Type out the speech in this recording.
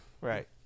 Right